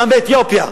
גם באתיופיה,